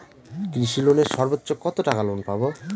কৃষি লোনে সর্বোচ্চ কত টাকা লোন পাবো?